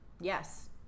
Yes